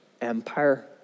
empire